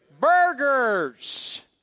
Burgers